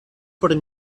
por